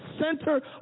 center